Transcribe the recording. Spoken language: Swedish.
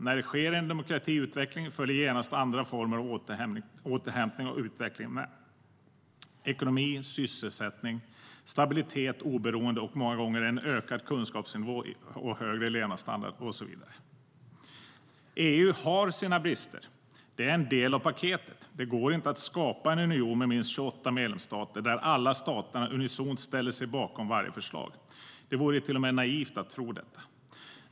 När det sker en demokratiutveckling följer genast andra former av återhämtning och utveckling med: ekonomi, sysselsättning, stabilitet, oberoende och många gånger en ökad kunskapsnivå, högre levnadsstandard och så vidare.EU har sina brister; det är en del av paketet. Det går inte att skapa en union med minst 28 medlemsstater där alla staterna unisont ställer sig bakom varje förslag. Det vore till och med naivt att tro detta.